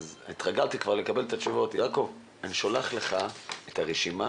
התרגלתי כבר לקבל את התשובה האומרת: אני שולח לך את הרשימה